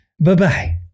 Bye-bye